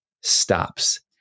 stops